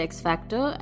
X-factor